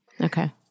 Okay